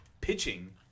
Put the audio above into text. pitching